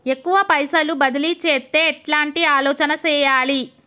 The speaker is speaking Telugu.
ఎక్కువ పైసలు బదిలీ చేత్తే ఎట్లాంటి ఆలోచన సేయాలి?